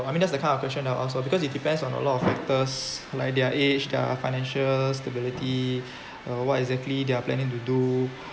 I mean that's the kind of question that I'll ask lor because it depends on a lot of factors like their age their financial stability uh what exactly they're planning to do